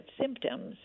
symptoms